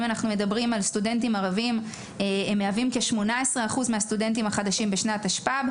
סטודנטים ערבים הם כ-18% מהסטודנטים החדשים בשנת תשפ"ב,